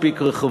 לא מספיק רחבה,